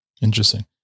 Interesting